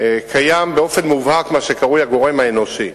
קיים באופן מובהק מה שקרוי הגורם האנושי.